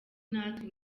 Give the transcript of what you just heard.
natwe